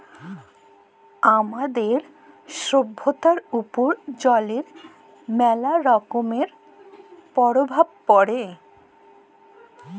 আমাদের ছভ্যতার উপর জলের ম্যালা রকমের পরভাব পড়ে